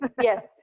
Yes